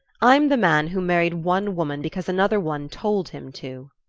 i'm the man who married one woman because another one told him to.